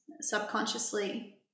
subconsciously